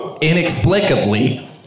inexplicably